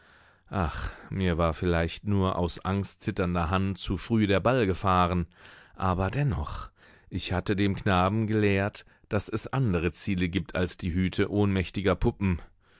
ach mir war vielleicht nur aus angstzitternder hand zu früh der ball gefahren aber dennoch ich hatte dem knaben gelehrt daß es andere ziele gibt als die hüte ohnmächtiger puppen